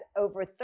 over